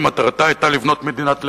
שמטרתה היתה לבנות מדינת לאום,